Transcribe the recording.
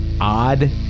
odd